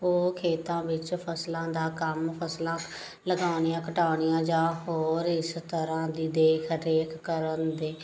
ਉਹ ਖੇਤਾਂ ਵਿਚ ਫਸਲਾਂ ਦਾ ਕੰਮ ਫਸਲਾਂ ਲਗਾਉਣੀਆ ਕਟਾਉਣੀਆਂ ਜਾਂ ਹੋਰ ਇਸ ਤਰ੍ਹਾਂ ਦੀ ਦੇਖ ਰੇਖ ਕਰਨ ਦੇ